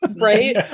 Right